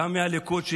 גם הליכוד,